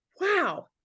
Wow